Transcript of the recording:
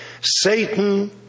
Satan